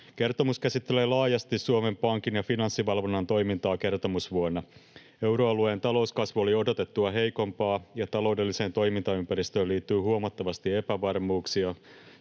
Kertomus käsittelee laajasti Suomen Pankin ja Finanssivalvonnan toimintaa kertomusvuonna. Euroalueen talouskasvu oli odotettua heikompaa, ja taloudelliseen toimintaympäristöön liittyi huomattavasti epävarmuuksia